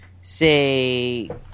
say